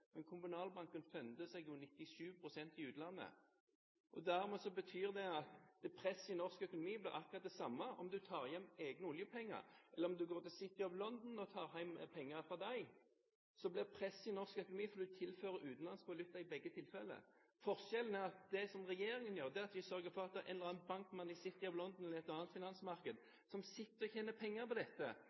men Kommunalbanken funder seg jo 97 pst. i utlandet, og dermed betyr det at presset i norsk økonomi blir akkurat det samme om du tar hjem egne oljepenger, eller om du går til City of London og tar hjem penger fra dem. Presset i norsk økonomi blir det samme, fordi du tilfører utenlandsk valuta i begge tilfellene. Forskjellen er at det som regjeringen gjør, er å sørge for at en eller annen bankmann i City of London eller et annet finansmarked sitter og tjener penger på dette,